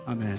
Amen